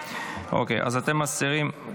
אני מסירה את כולן.